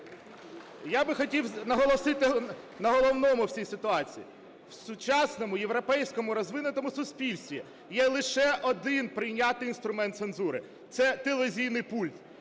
Я би хотів наголосити на головному в цій ситуації. В сучасному європейському розвинутому суспільстві є лише один прийнятний інструмент цензури – це телевізійний пульт.